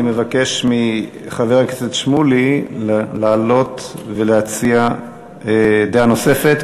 אני מבקש מחבר הכנסת שמולי לעלות ולהציע דעה נוספת,